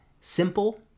simple